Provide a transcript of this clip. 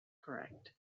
correct